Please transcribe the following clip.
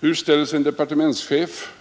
Hur ställer sig en departementschef